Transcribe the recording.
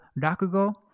rakugo